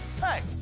Hey